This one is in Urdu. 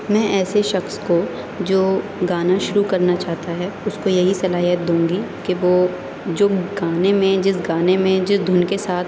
میں ایسے شخص کو جو گانا شروع کرنا چاہتا ہے اس کو یہی صلاحیت دوں گی کہ وہ جو گانے میں جس گانے میں جس دھن کے ساتھ